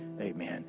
Amen